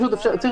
שצריך